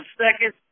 seconds